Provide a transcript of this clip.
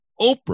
Oprah